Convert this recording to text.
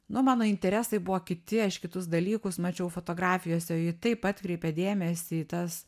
nu mano interesai buvo kiti aš kitus dalykus mačiau fotografijose o ji taip atkreipė dėmesį į tas